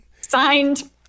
signed